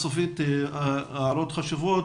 ההערות חשובות.